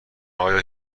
آیا